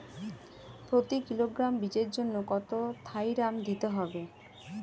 প্রতি কিলোগ্রাম বীজের জন্য কত থাইরাম দিতে হবে?